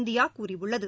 India கூறியுள்ளது